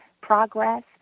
progress